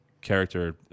character